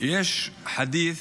יש חדית',